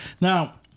Now